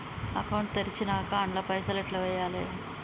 Account తెరిచినాక అండ్ల పైసల్ ఎట్ల వేయాలే?